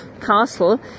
castle